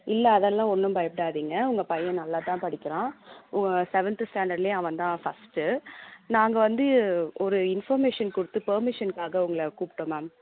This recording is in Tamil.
இல்லை அதெலாம் ஒன்றும் பயப்படாதிங்க உங்கள் பையன் நல்லாதான் படிக்கிறான் செவன்த்து ஸ்டாண்டர்ட்லேயே அவன்தான் ஃபஸ்ட்டு நாங்கள் வந்து ஒரு இன்ஃபர்மேஷன் கொடுத்து பெர்மிஷன்க்காக உங்களை கூப்பிட்டோம் மேம்